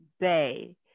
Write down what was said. day